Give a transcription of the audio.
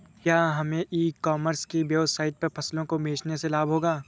क्या हमें e commerce की वेबसाइट पर फसलों को बेचने से लाभ होगा?